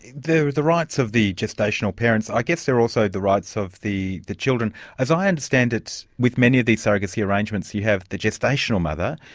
the rights of the gestational parents, i guess they're also the rights of the the children. as i understand it, with many of these surrogacy arrangements you have the gestational mother,